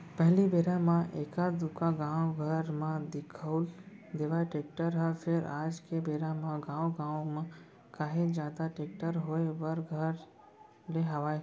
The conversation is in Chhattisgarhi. पहिली बेरा म एका दूका गाँव घर म दिखउल देवय टेक्टर ह फेर आज के बेरा म गाँवे गाँव म काहेच जादा टेक्टर होय बर धर ले हवय